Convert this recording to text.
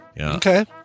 Okay